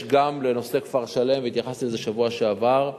יש גם לנושא כפר-שלם, והתייחסתי לזה בשבוע שעבר,